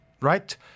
right